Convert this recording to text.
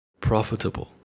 profitable